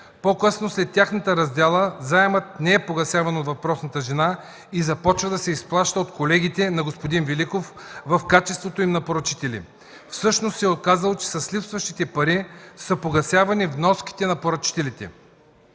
По-късно, след тяхната раздяла, заемът не е погасяван от въпросната жена и започва да се изплаща от колегите на господин Великов в качеството им на поръчители. Всъщност се оказало, че с липсващите пари са погасявани вноските на поръчителите.